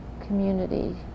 community